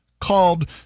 called